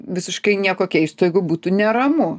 visiškai nieko keisto jeigu būtų neramu